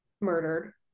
murdered